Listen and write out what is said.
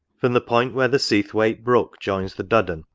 from the point where the seathwaite brook joins the duddon,